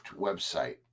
website